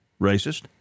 racist